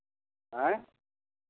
आँय